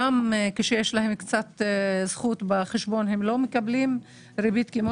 כי גם כשיש להם זכות בחשבון הם לא מקבלים ריבית כמו